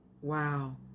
wow